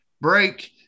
break